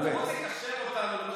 אז בוא תקשר אותנו למה,